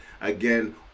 again